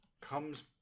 comes